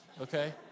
okay